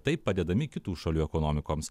taip padedami kitų šalių ekonomikoms